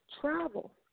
travel